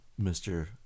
Mr